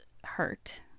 Hurt